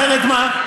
אחרת מה?